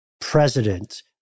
president